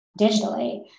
digitally